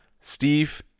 Steve